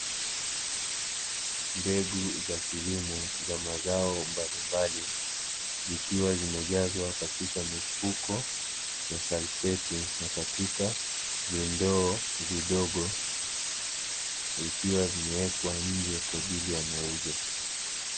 Mbegu za kilimo za mazao mbalimbali zikiwa zimejazwa katika mifuko ya salfeti na katika vindoo vidogo vikiwa vimewekwa nje kwajili ya mauzo.